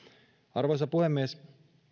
arvoisa puhemies